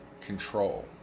control